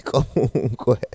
Comunque